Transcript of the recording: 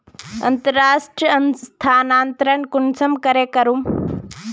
अंतर्राष्टीय स्थानंतरण कुंसम करे करूम?